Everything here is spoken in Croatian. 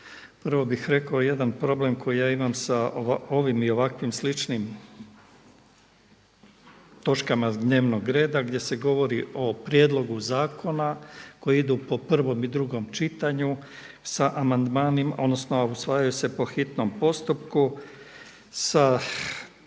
Prvo bih rekao jedan problem koji ja imam sa ovim i ovakvim sličnim točkama dnevnog reda gdje se govori o prijedlogu zakona koji ide po prvom i drugom čitanju sa amandmanima, odnosno usvajaju se po hitnom postupku sa